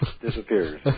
disappears